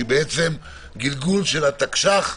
שהיא גלגול של התקש"ח,